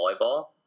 volleyball